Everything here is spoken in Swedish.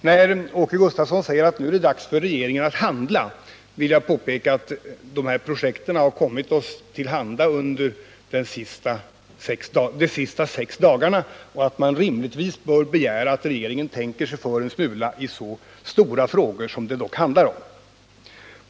När Åke Gustavsson säger att det nu är dags för regeringen att handla, vill jag påpeka att de nämnda projekten kommit oss till handa under de senaste sex dagarna och att man rimligtvis bör begära att regeringen tänker sig för en smula i så stora frågor som det dock handlar om.